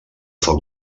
foc